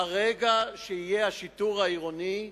ברגע שיהיה השיטור העירוני,